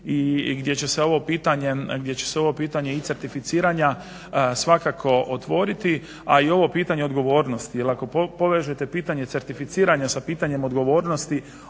gdje će se ovo pitanje i certificiranja svakako otvoriti, a i ovo pitanje odgovornosti. Jer ako povežete pitanje certificiranja sa pitanjem odgovornosti